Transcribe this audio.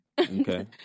Okay